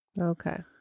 Okay